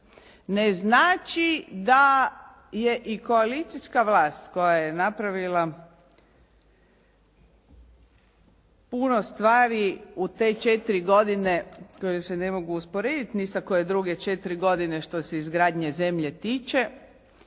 Ne znači da je i koalicijska vlast koja je napravila puno stvari u te 4 godine koje se ne mogu usporediti ni sa koje druge 4 godine što se izgradnje zemlje tiče